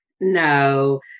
No